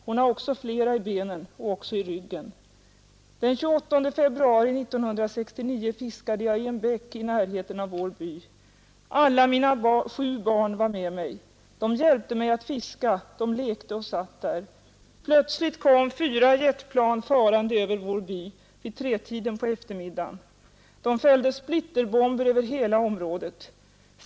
Hon har också flera i benen, och också i ryggen. Den 28 februari 1969 fiskade jag i en bäck i närheten av vår by. Alla mina sju barn var med mig. De hjälpte mig att fiska, de lekte och satt där. Plötsligt kom fyra jetplan farande över vår by, vid tretiden på eftermiddagen. De fällde splitterbomber över hela området.